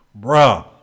Bruh